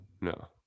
no